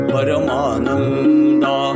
Paramananda